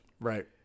Right